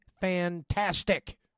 fantastic